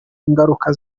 ingaruka